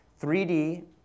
3D